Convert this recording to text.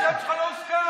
השם שלך לא הוזכר.